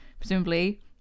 presumably